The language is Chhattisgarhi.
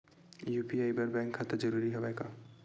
यू.पी.आई बर बैंक खाता जरूरी हवय का?